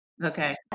okay